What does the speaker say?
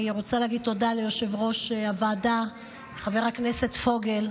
אני רוצה להגיד תודה ליושב-ראש הוועדה חבר הכנסת פוגל,